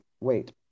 wait